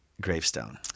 gravestone